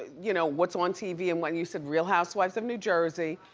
you know what's on tv? and when you said, real housewives of new jersey,